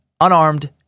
unarmed